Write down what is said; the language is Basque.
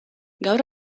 gaur